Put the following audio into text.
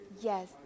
yes